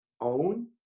own